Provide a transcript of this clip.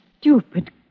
stupid